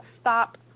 stop